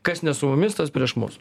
kas ne su mumis tas prieš mus